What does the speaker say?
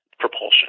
Propulsion